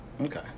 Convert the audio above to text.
Okay